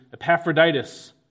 Epaphroditus